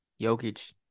Jokic